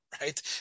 right